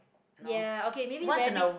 ya okay maybe rabbit